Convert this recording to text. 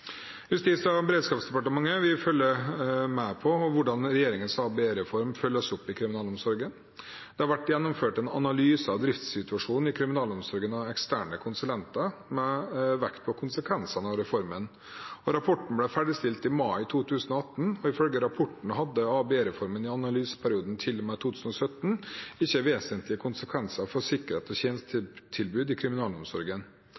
Justis- og beredskapsdepartementet følger med på hvordan regjeringens ABE-reform følges opp i kriminalomsorgen. Det har vært gjennomført en analyse av driftssituasjonen i kriminalomsorgen av eksterne konsulenter med vekt på konsekvensene av reformen. Rapporten ble ferdigstilt i mai 2018. Ifølge rapporten hadde ABE-reformen i analyseperioden til og med 2017 ikke vesentlige konsekvenser for sikkerhet og